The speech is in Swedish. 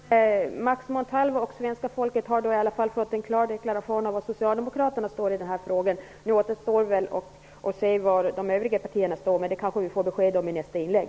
Fru talman! Max Montalvo och svenska folket har fått en klar deklaration om var Socialdemokraterna står i frågan. Nu återstår väl att se var de övriga partierna står. Det kanske vi får besked om i nästa inlägg.